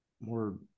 more